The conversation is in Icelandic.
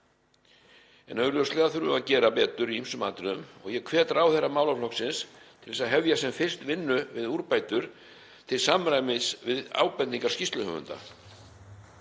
en augljóslega þurfum við að gera betur í ýmsum atriðum og ég hvet ráðherra málaflokksins til að hefja sem fyrst vinnu við úrbætur til samræmis við ábendingar skýrsluhöfunda.